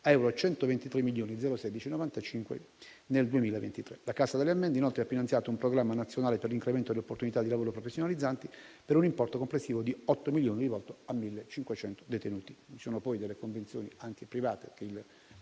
euro 123.016.095 nel 2023. La Cassa delle ammende, inoltre, ha finanziato un programma nazionale per l'incremento delle opportunità di lavoro professionalizzanti, per un importo complessivo di 8 milioni di euro, rivolto a 1.500 detenuti. Il Ministero sta poi studiando convenzioni private con